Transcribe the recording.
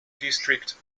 district